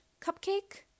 cupcake